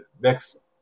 next